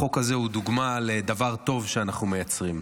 החוק הזה הוא דוגמה לדבר טוב שאנחנו מייצרים.